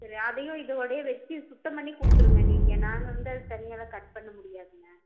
சரி அதையும் இதோடையே வெட்டி சுத்தம் பண்ணி கொடுத்துருங்க நீங்கள் நாங்கள் வந்து அதை தனியாகலாம் கட் பண்ண முடியாதுங்க